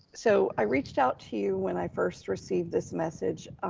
so i reached out to you when i first received this message.